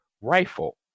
rifle